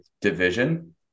division